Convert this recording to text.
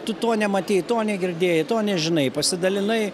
tu to nematei to negirdėjai to nežinai pasidalinai